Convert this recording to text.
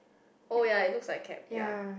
oh ya it looks like a cap ya